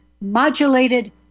modulated